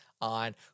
on